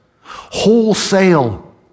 wholesale